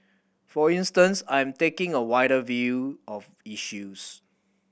for instance I'm taking a wider view of issues